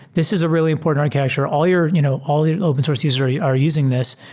this is a really important architecture. all your you know all your open source users are using this.